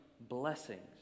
blessings